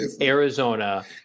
Arizona